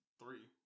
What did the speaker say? three